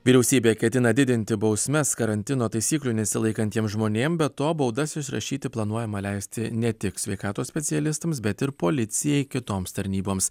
vyriausybė ketina didinti bausmes karantino taisyklių nesilaikantiem žmonėm be to baudas išrašyti planuojama leisti ne tik sveikatos specialistams bet ir policijai kitoms tarnyboms